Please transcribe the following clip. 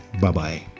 Bye-bye